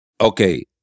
Okay